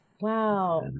Wow